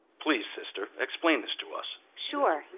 please sister, explain this to us. sure.